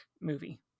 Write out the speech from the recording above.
movie